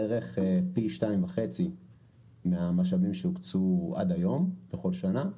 בערך פי 2.5 מהמשאבים שהוקצו עד היום לכל שנה.